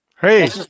Hey